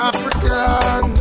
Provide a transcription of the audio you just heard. African